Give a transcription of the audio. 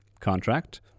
contract